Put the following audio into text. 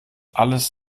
alles